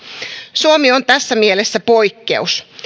suomi on tässä mielessä poikkeus